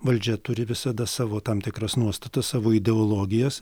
valdžia turi visada savo tam tikras nuostatas savo ideologijas